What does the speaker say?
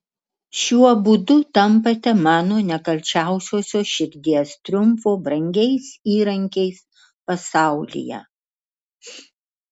šiuo būdu tampate mano nekalčiausiosios širdies triumfo brangiais įrankiais pasaulyje